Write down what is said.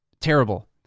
terrible